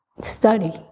study